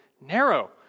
narrow